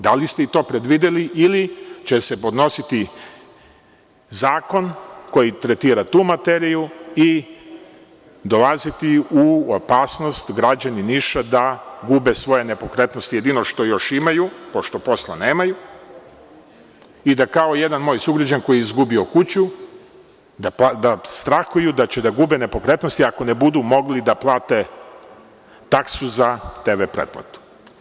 Da li ste i to predvideli ili će se podnositi zakon koji tretira tu materiju i dolaziti u opasnost građani Niša da gube svoje nepokretnosti, jedino što još imaju, pošto posla nemaju i da kao jedan moj sugrađanin koji je izgubio kuću, da strahuju da će da gube nepokretnosti ako ne budu mogli da plate taksu za tv pretplatu.